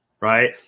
Right